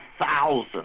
thousand